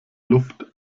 luft